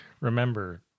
remember